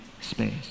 space